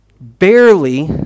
barely